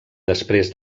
després